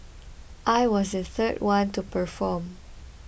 I was the third one to perform